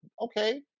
Okay